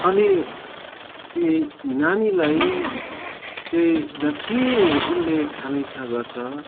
अनि ती नानीलाई चाहिँ जति उसले खानु इच्छा गर्छ